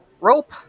rope